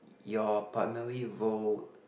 your primary role